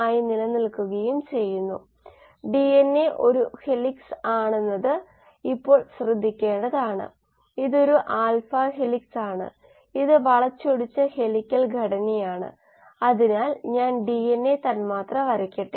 ഉൽപ്പന്ന വരുമാനം മെച്ചപ്പെടുത്തുന്നതിനുള്ള ഒരു വിശകലന രീതിയാണ് നമ്മൾ പരിശോധിക്കാൻ പോകുന്നത് ആ രീതിയെ മെറ്റബോളിക് ഫ്ലക്സ് അനാലിസിസ് അല്ലെങ്കിൽ എംഎഫ്എ എന്ന് ചുരുക്കത്തിൽ വിളിക്കുന്നു